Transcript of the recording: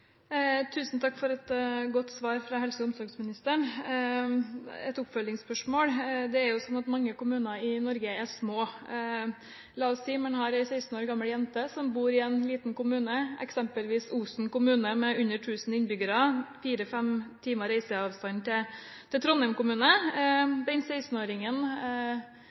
Tusen takk for et godt svar fra helse- og omsorgsministeren. Et oppfølgingsspørsmål: Det er jo sånn at mange kommuner i Norge er små. La oss si at man har en 16 år gammel jente som bor i en liten kommune – eksempelvis Osen kommune med under 1 000 innbyggere og fire-fem timers reiseavstand til Trondheim kommune. Den